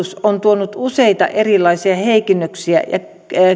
esityksiin joilla hallitus on tuonut useita erilaisia heikennyksiä ja